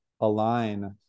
align